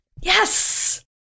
Yes